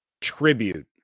tribute